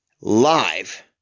live